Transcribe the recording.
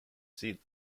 seat